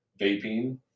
vaping